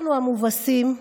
אנחנו, המובסים,